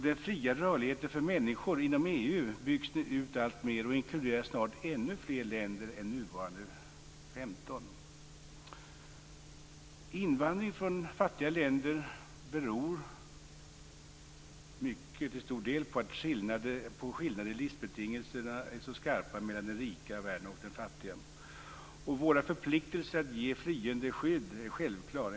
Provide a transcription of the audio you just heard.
Den fria rörligheten för människor inom EU byggs nu ut alltmer och inkluderar snart ännu fler länder än de nuvarande 15. Invandringen från fattigare länder beror till stor del på att skillnaderna i livsbetingelser är så skarpa mellan den rika världen och den fattiga. Våra förpliktelse ett ge flyende skydd är självklar.